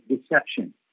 deception